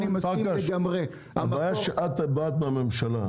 פרקש, הבעיה שאת באת מהממשלה.